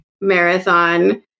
marathon